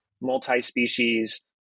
multi-species